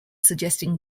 suggesting